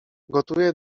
gotuje